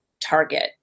target